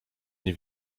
nie